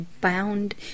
Bound